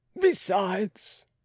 Besides